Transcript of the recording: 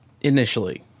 initially